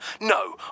no